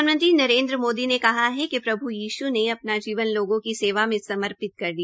प्रधानमंत्री नरेन्द्र मोदी ने कहा कि प्रभु यीश् ने अपना जीवन लोगों की सेवा में समर्पित कर दिया